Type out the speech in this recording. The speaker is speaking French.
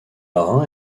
marin